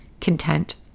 content